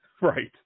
Right